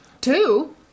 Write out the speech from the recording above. Two